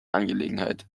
angelegenheit